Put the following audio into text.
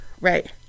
Right